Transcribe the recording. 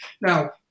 Now